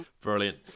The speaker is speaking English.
Brilliant